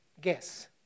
Guess